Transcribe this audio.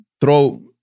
throw